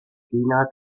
china